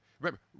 Remember